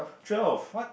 twelve